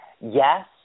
Yes